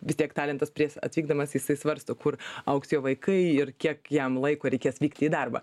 vis tiek talentas prieš atvykdamas jisai svarsto kur augs jo vaikai ir kiek jam laiko reikės vykti į darbą